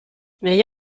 negli